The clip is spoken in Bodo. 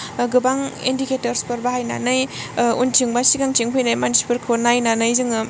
गोबां इन्दिकेथ'रसफोर बाहायनानै उनथिं बा सिगांथिं फैनाय मानसिफोरखौ नायनानै जोङो